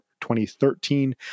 2013